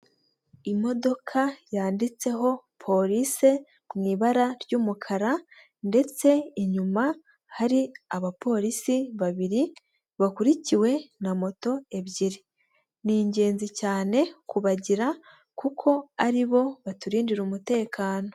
Imodoka yanditseho police mu ibara ry'umukara ndetse inyuma hari abapolisi babiri, bakurikiwe na moto ebyiri; ni ingenzi cyane kubagira, kuko ari bo baturindira umutekano.